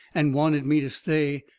and wanted me to stay,